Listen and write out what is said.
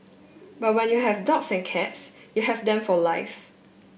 but when you have dogs and cats you have them for life